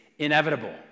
Inevitable